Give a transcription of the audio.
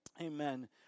amen